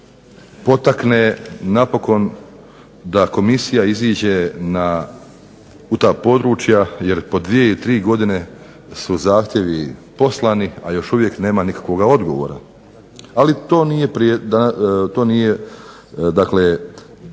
potakne napokon da komisija iziđe u ta područja jer po 2 i 3 godine su zahtjevi poslani, a još uvijek nema nikakvoga odgovora. Ali, to nije